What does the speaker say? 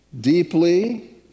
deeply